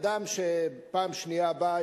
אדם שפעם שנייה בא,